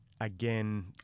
again